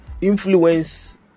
influence